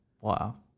Wow